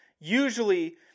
Usually